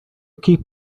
keep